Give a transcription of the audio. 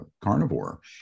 carnivore